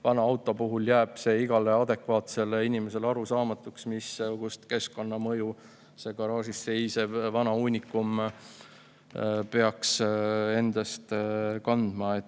vana auto puhul jääb igale adekvaatsele inimesele arusaamatuks, missugust keskkonnamõju see garaažis seisev vana uunikum peaks endas kandma.